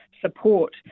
support